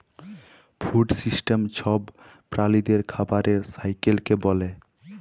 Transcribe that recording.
food system ছব প্রালিদের খাবারের সাইকেলকে ব্যলে